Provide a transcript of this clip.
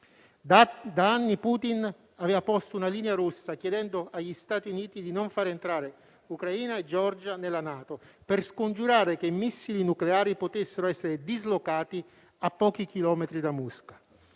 Da anni Putin ha posto una linea rossa, chiedendo agli Stati Uniti di non far entrare Ucraina e Georgia nella NATO, per scongiurare che missili nucleari potessero essere dislocati a pochi chilometri da Mosca.